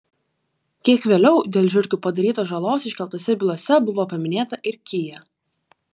kiek vėliau dėl žiurkių padarytos žalos iškeltose bylose buvo paminėta ir kia